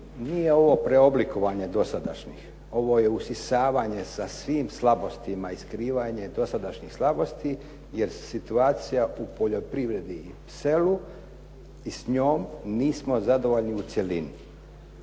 nije ovo preoblikovanje dosadašnjih, ovo je usisavanje sa svim slabostima i skrivanje dosadašnjih slabosti jer situacija u poljoprivredi i selu i s njome nismo zadovoljni u cjelini.